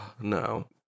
No